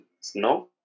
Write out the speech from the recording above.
snow